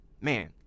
man